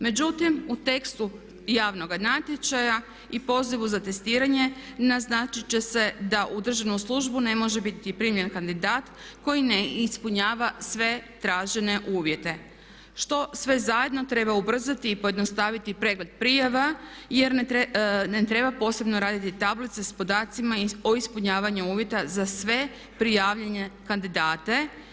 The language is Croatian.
Međutim, u tekstu javnoga natječaja i pozivu za testiranje naznačiti će se da u državnu službu ne može biti primljen kandidat koji ne ispunjava sve tražene uvjete što sve zajedno treba ubrzati i pojednostaviti pregled prijava jer ne treba posebno raditi tablice sa podacima o ispunjavanju uvjeta za sve prijavljene kandidate.